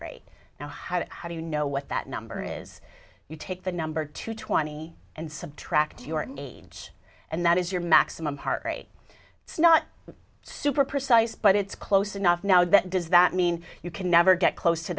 rate now how do you know what that number is you take the number to twenty and subtract your age and that is your maximum heart rate it's not super precise but it's close enough now that does that mean you can never get close to